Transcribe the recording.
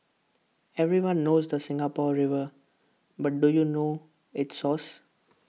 everyone knows the Singapore river but do you know its source